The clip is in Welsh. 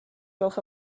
gwelwch